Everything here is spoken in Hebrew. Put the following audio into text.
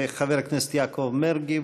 חבר הכנסת יעקב מרגי,